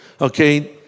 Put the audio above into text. Okay